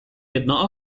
jedno